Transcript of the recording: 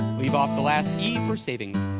leave off the last e for savings.